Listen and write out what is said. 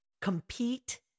compete